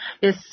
Yes